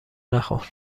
نخور